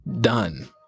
done